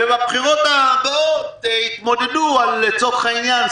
ובבחירות הבאות יתמודדו לצורך העניין,